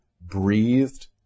breathed